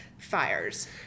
Fires